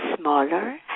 smaller